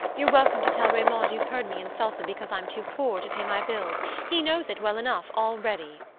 you're welcome to tell raymond you've heard me insulted because i'm too poor to pay my bills he knows it well enough already!